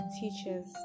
teachers